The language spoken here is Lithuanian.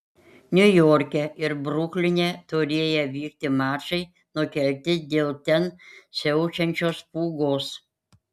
niujorke ir brukline turėję vykti mačai nukelti dėl ten siaučiančios pūgos